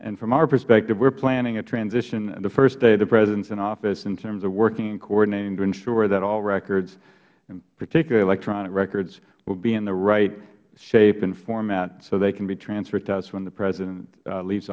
and from our perspective we are planning a transition the first day the president is in office in terms of working and coordinating to ensure that all records particularly electronic records would be in the right shape and format so they can be transferred to us when the president